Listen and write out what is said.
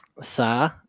Sa